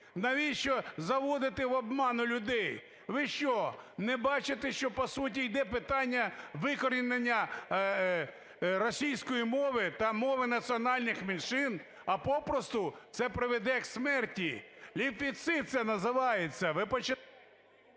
Навіщо заводити в оману людей? Ви що не бачите, що по суті йде питання викорінення російської мови та мови національних меншин? А попросту, це приведе до смерті, лінгвоцид це називається, ви почитайте…